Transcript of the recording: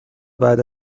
بعد